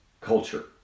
culture